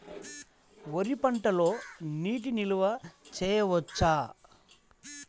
వరి పంటలో నీటి నిల్వ చేయవచ్చా?